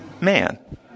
Man